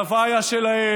הצבא היה שלהם,